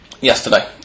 yesterday